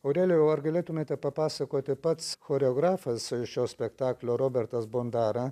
aurelijau ar galėtumėte papasakoti pats choreografas šio spektaklio robertas bondara